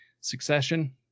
succession